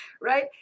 Right